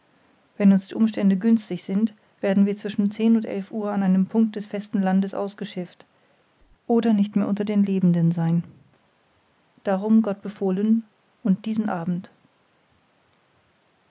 wenn uns die umstände günstig sind werden wir zwischen zehn und elf uhr an einem punkt des festen landes ausgeschifft oder nicht mehr unter den lebenden sein darum gott befohlen und diesen abend